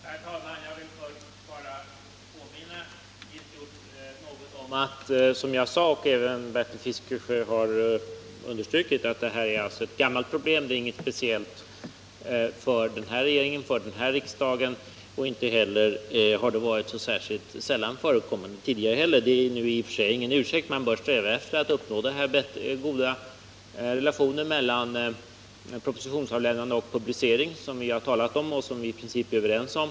Herr talman! Jag vill först bara helt kort påminna Nils Hjorth om det som jag sade och som även Bertil Fiskesjö har understrukit, nämligen att det här problemet är gammalt och att det inte är speciellt för den här regeringen och att det inte heller har varit så särskilt sällan förekommande tidigare. Men det är i och för sig ingen ursäkt. Man bör sträva efter att uppnå en god tidsanpassning mellan propositionsavlämnandet och publiceringen, vilket vi talat om och i princip är överens om.